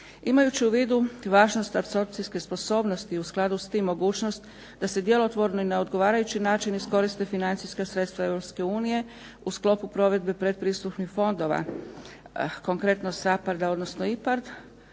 Imajući u vidu važnost apsorpcijske sposobnosti u skladu s tim mogućnost da se djelotvorno i na odgovarajući način iskoriste financijska sredstva Europske unije u sklopu provedbe pretpristupnih fondova, konkretno SAPARD-a odnosno IPARD